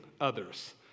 others